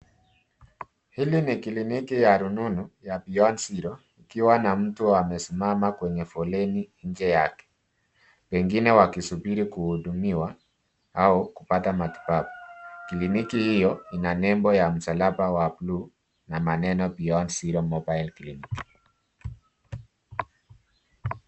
Hili ni kliniki ya Beyond zero ikiwa na mtu amesimama kwenye foleni nje yake wengine wakisubiri kuhudumiwa au kupata matibabu. Kliniki hiyo ina nembo ya msalaba wa bluu na neno Beyond Zero Mobile kliniki.